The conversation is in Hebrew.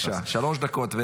בבקשה, שלוש דקות.